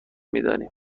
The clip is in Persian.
میدانیم